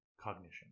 cognition